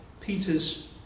Peter's